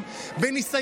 ומה הכוונה?